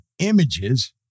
images